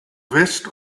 west